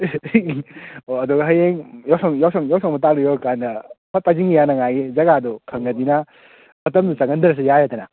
ꯑꯣ ꯑꯗꯨꯒ ꯍꯌꯦꯡ ꯌꯥꯎꯁꯪ ꯌꯥꯎꯁꯪ ꯌꯥꯎꯁꯪ ꯃꯇꯥꯡꯗꯨ ꯌꯧꯔ ꯀꯥꯟꯗ ꯐꯠ ꯇꯥꯁꯤꯟꯒꯦ ꯌꯥꯅꯕ ꯃꯥꯒꯤ ꯖꯥꯒꯗꯣ ꯈꯪꯉꯕꯅꯤꯅ ꯃꯇꯝꯗꯨ ꯆꯪꯍꯟꯗ꯭ꯔꯁꯨ ꯌꯥꯔꯦꯗꯅ